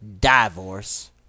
Divorce